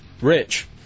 Rich